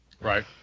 Right